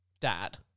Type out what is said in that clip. dad